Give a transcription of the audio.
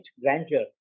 grandeur